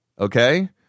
okay